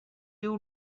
you